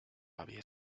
había